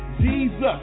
Jesus